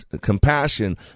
compassion